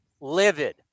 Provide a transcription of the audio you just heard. livid